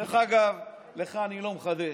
לך אני לא מחדש.